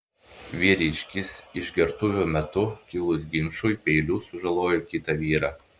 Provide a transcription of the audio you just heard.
vyriškis išgertuvių metu kilus ginčui peiliu sužalojo kitą vyrą